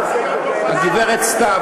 הגברת סתיו,